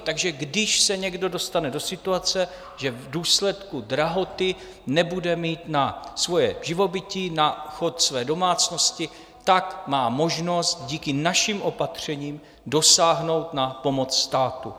Takže když se někdo dostane do situace, že v důsledku drahoty nebude mít na svoje živobytí, na chod své domácnosti, tak má možnost díky našim opatřením dosáhnout na pomoc státu.